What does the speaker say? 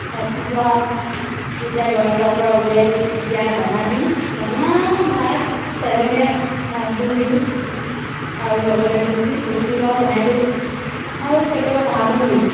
ৰাতিপুৱা যেতিয়া গড়ালৰ পৰা উলিয়াই দিওঁ তেতিয়া দানা দিওঁ দানা ভাত পেলনীয়া ভাতবোৰ দিওঁ আৰু লগতে ভুচি ভুচিৰ লগত সেনাই দিওঁ আৰু কেতিয়াবা ধানো দিওঁ